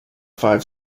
five